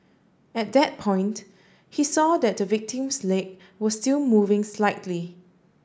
at that point he saw that the victim's leg were still moving slightly